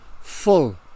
full